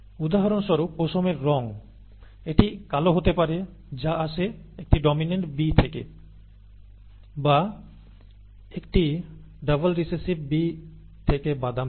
উদাহরণস্বরূপ পশমের রঙ এটি কালো হতে পারে যা আসে একটি ডমিন্যান্ট B থেকে বা একটি ডাবল রিসেসিভ b থেকে বাদামী